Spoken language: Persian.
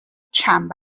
چند